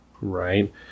right